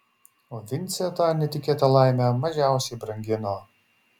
o vincė tą netikėtą laimę mažiausiai brangino